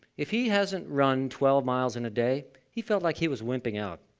if he hasn't run twelve miles in a day, he felt like he was wimping out.